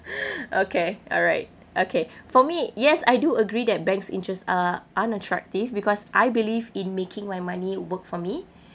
okay all right okay for me yes I do agree that banks interest are unattractive because I believe in making my money work for me